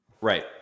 Right